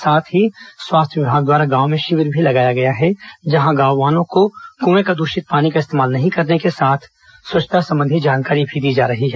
साथ ही स्वास्थ्य विभाग द्वारा गांव में शिविर भी लगाया गया है जहां गांवों वालों को कुंए का दूषित पानी का इस्तेमाल नहीं करने के साथ स्वच्छता संबंधी जानकारी दी जा रही है